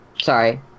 Sorry